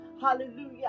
Hallelujah